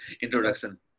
introduction